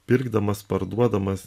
pirkdamas parduodamas